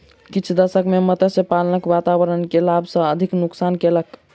किछ दशक में मत्स्य पालन वातावरण के लाभ सॅ अधिक नुक्सान कयलक